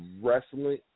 Wrestling